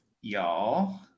y'all